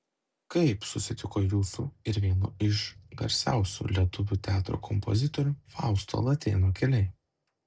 kaip susitiko jūsų ir vieno iš garsiausių lietuvių teatro kompozitorių fausto latėno keliai